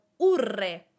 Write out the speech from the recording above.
URRE